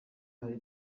hari